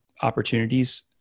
opportunities